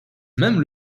même